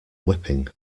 whipping